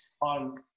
on